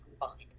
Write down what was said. combined